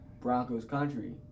Broncos-Country